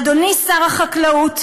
אדוני שר החקלאות,